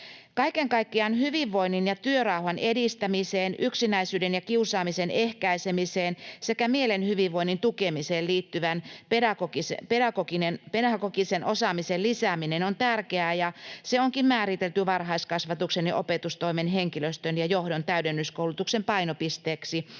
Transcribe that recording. Kaiken kaikkiaan hyvinvoinnin ja työrauhan edistämiseen, yksinäisyyden ja kiusaamisen ehkäisemiseen sekä mielen hyvinvoinnin tukemiseen liittyvän pedagogisen osaamisen lisääminen on tärkeää, ja se onkin määritelty varhaiskasvatuksen ja opetustoimen henkilöstön ja johdon täydennyskoulutuksen painopisteeksi